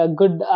good